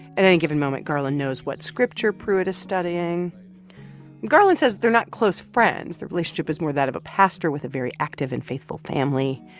at any given moment, garland knows what scripture pruitt is studying. but garland says they're not close friends. their relationship is more that of a pastor with a very active and faithful family.